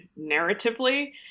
narratively